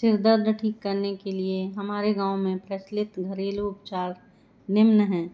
सिर दर्द ठीक करने के लिए हमारे गाँव में प्रचलित घरेलू उपचार निम्न हैं